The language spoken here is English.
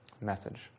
message